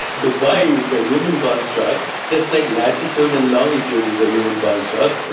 dubai is a human construct, just like latitude and longitude is a human construct.